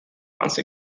once